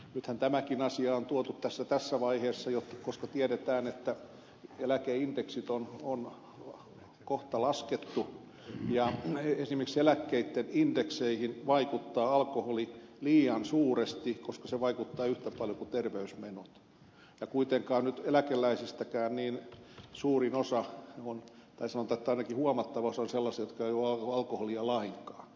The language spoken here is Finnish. nythän tämäkin asia on tuotu tässä vaiheessa jo koska tiedetään että eläkeindeksit on kohta laskettu ja esimerkiksi eläkkeitten indekseihin vaikuttaa alkoholi liian suuresti koska se vaikuttaa yhtä paljon kuin terveysmenot ja kuitenkin nyt eläkeläisistäkin suurin osa tai sanotaan että ainakin huomattava osa on sellaisia jotka eivät juo alkoholia lainkaan